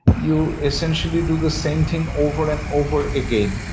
you essentially do the same thing over and over again.